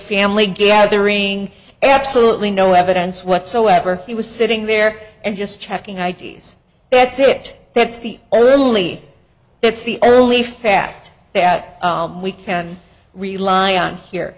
family gathering absolutely no evidence whatsoever he was sitting there and just checking i d s that's it that's the only that's the only fact that we can rely on here